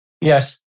Yes